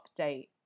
update